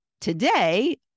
today